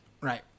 right